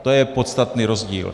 To je podstatný rozdíl.